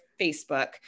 Facebook